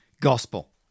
gospel